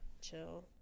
chill